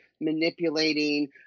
manipulating